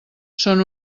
són